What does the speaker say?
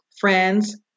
friends